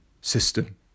system